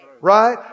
Right